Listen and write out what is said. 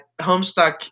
Homestuck